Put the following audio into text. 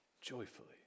Joyfully